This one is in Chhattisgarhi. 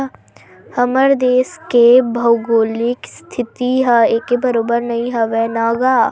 हमर देस के भउगोलिक इस्थिति ह एके बरोबर नइ हवय न गा